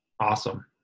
Awesome